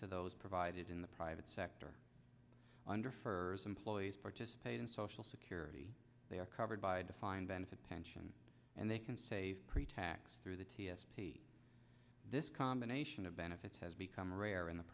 to those provided in the private sector under fors employees participate in social security they are covered by a defined benefit pension and they can save pretax through the t s p this combination of benefits has become rare in the